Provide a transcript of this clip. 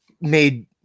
made –